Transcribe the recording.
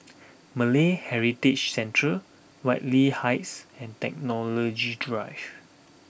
Malay Heritage Centre Whitley Heights and Technology Drive